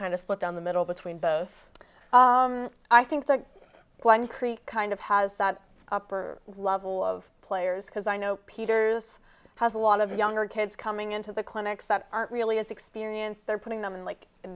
of split down the middle between both i think kind of has upper level of players because i know peter this has a lot of younger kids coming into the clinics that aren't really as experienced they're putting them in like